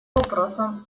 вопросам